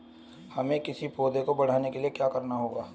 हमें किसी पौधे को बढ़ाने के लिये क्या करना होगा?